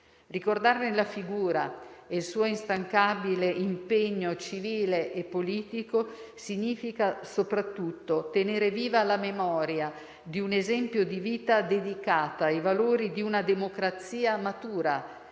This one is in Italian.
Ricordarne la figura e il suo instancabile impegno civile e politico, significa soprattutto tenere viva la memoria di un esempio di vita dedicata ai valori di una democrazia matura,